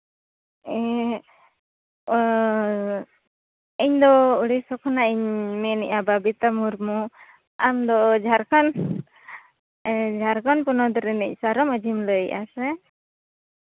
ᱤᱧᱫᱚ ᱩᱲᱤᱥᱥᱟ ᱠᱷᱚᱱᱟᱜ ᱤᱧ ᱢᱮᱱ ᱮᱫᱼᱟ ᱵᱚᱵᱤᱛᱟ ᱢᱩᱨᱢᱩ ᱟᱢᱫᱚ ᱡᱷᱟᱲᱠᱷᱚᱱᱰ ᱡᱷᱟᱲᱠᱷᱚᱱᱰ ᱯᱚᱱᱚᱛ ᱨᱤᱱᱤᱡ ᱥᱟᱨᱚ ᱢᱟᱺᱡᱷᱤᱢ ᱞᱟᱹᱭ ᱮᱫᱼᱟ ᱥᱮ